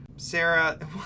Sarah